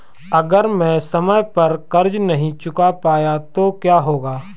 अगर मैं समय पर कर्ज़ नहीं चुका पाया तो क्या होगा?